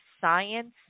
science